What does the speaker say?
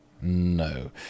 No